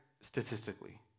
statistically